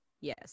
yes